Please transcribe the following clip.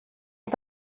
est